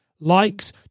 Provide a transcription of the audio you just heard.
Likes